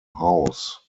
house